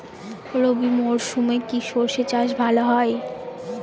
রবি মরশুমে কি সর্ষে চাষ ভালো হয়?